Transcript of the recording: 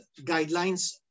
guidelines